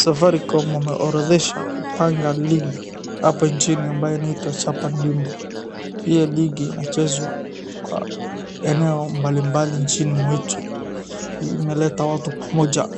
Safaricom wameorodhesha kupanga ligi hapa nchini ambayo inaitwa chapa dimba. Hio ligi inachezwa kwa eneo mbalimbali nchini mwetu. Hii imeleta watu pamoja,